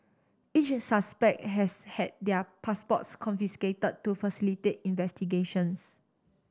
each suspect has had their passports confiscated to facilitate investigations